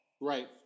Right